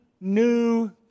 new